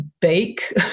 bake